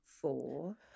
four